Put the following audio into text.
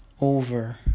over